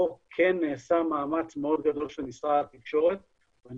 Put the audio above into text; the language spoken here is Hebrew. פה כן נעשה מאמץ מאוד גדול של משרד התקשורת ואני